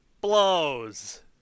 blows